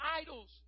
idols